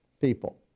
people